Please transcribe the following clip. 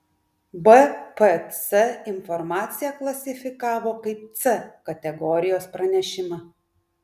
bpc informaciją klasifikavo kaip c kategorijos pranešimą